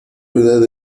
verdad